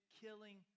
killing